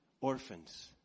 orphans